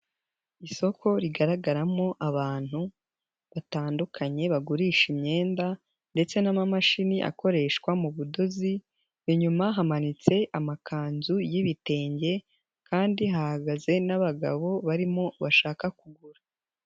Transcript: Isoko rigaragaramo abantu batandukanye bagurisha imyenda ndetse n'amamashini akoreshwa mu budozi, inyuma hamanitse amakanzu y'ibitenge kandi hahagaze n'abagabo barimo bashaka kugura.